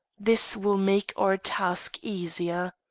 this will make our task easier.